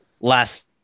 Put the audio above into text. last